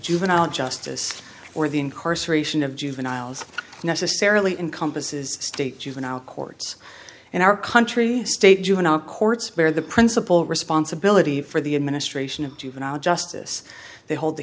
juvenile justice or the incarceration of juveniles necessarily encompasses state juvenile courts in our country state juvenile courts where the principal responsibility for the administration of juvenile justice they hold the